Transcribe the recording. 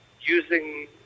using